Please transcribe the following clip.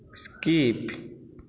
skip